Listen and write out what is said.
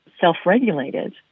self-regulated